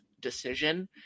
decision